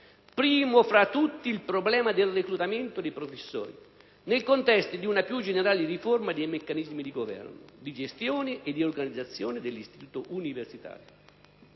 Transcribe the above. primo fra tutti il problema del reclutamento dei professori, nel contesto di una più generale riforma dei meccanismi di governo, di gestione e di organizzazione dell'istituto universitario.